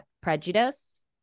prejudice